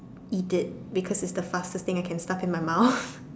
eat it because it's the fastest thing I can like stuff in my mouth